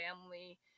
family